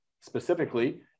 specifically